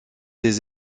des